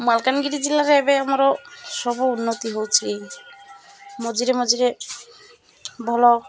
ମାଲକାନଗିରି ଜିଲ୍ଲାରେ ଏବେ ଆମର ସବୁ ଉନ୍ନତି ହେଉଛି ମଝିରେ ମଝିରେ ଭଲ